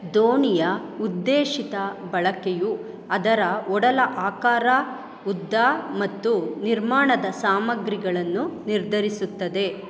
ದೋಣಿಯ ಉದ್ದೇಶಿತ ಬಳಕೆಯು ಅದರ ಒಡಲ ಆಕಾರ ಉದ್ದ ಮತ್ತು ನಿರ್ಮಾಣದ ಸಾಮಗ್ರಿಗಳನ್ನು ನಿರ್ಧರಿಸುತ್ತದೆ